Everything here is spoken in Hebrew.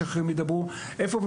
שישנן.